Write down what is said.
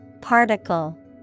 Particle